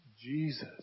Jesus